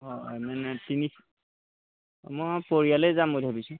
অঁ মানে কিনি মই পৰিয়ালেই যাম বুলি ভাবিছোঁ